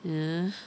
mm